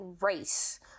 race